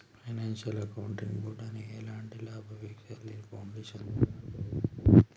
financial accounting board అనేది ఎలాంటి లాభాపేక్షలేని ఫౌండేషన్ ద్వారా నడపబడుద్ది